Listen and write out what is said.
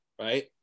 right